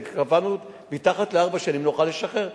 כי קבענו שמתחת לארבע שנים נוכל לשחרר,